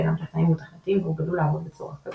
שאינם טכנאים ומתכנתים והורגלו לעבוד בצורה כזו.